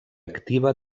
activa